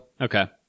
Okay